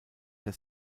der